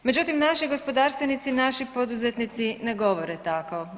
Međutim, naši gospodarstvenici, naši poduzetnici ne govore tako.